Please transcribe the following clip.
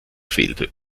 fehlte